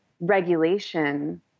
regulation